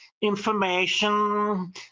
information